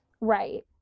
Right